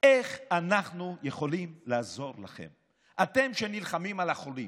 איך אנחנו יכולים לעזור לכם, שנלחמים על החולים?